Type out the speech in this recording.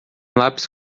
lápis